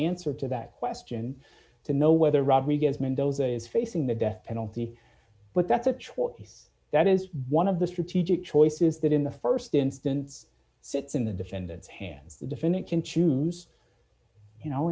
answer to that question to know whether robbery gives mendoza is facing the death penalty but that's a choice that is one of the strategic choices that in the st instance sits in the defendant's hands the defendant can choose you know